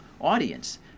audience